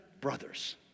brothers